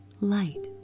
Light